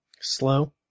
Slow